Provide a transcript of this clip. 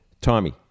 Tommy